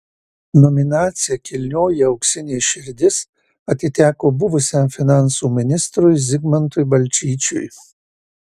nominacija kilnioji auksinė širdis atiteko buvusiam finansų ministrui zigmantui balčyčiui